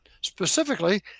specifically